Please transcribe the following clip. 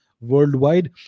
worldwide